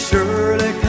Surely